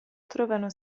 trovano